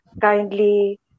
kindly